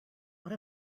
what